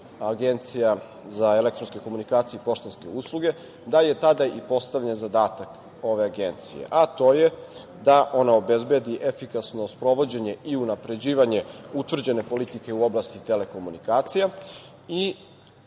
Agencija za elektronske komunikacije i poštanske usluge da je tada i postavljen zadatak ove agencije, a to je da ona obezbedi efikasno sprovođenje i unapređivanje utvrđene politike u oblasti telekomunikacija i